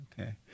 Okay